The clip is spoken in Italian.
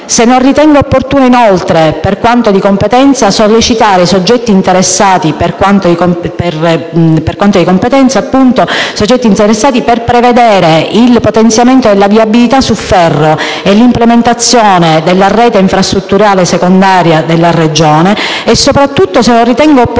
se non ritenga inoltre opportuno, per quanto di competenza, sollecitare i soggetti interessati per prevedere il potenziamento della viabilità su ferro e l'implementazione della rete infrastrutturale secondaria della Regione e soprattutto se non ritenga opportuna